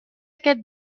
aquest